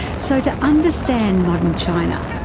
so to understand modern china,